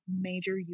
major